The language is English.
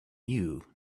you